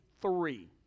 three